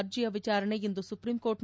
ಅರ್ಜಿಯ ವಿಚಾರಣೆ ಇಂದು ಸುಪ್ರೀಂ ಕೋರ್ಟ್ನಲ್ಲಿ